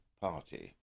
party